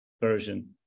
version